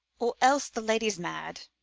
or else the lady s mad